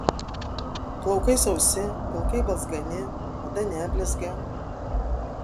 plaukai sausi pilkai balzgani oda neblizga